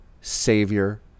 savior